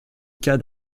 cas